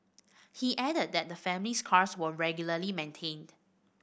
he added that the family's cars were regularly maintained